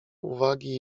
uwagi